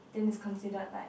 then it's considered like